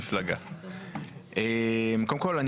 קודם כל,